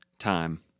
time